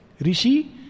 Rishi